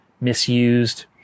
misused